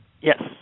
Yes